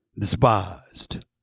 despised